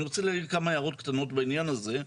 אני רוצה להעיר כמה הערות קטנות בעניין הזה.